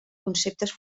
conceptes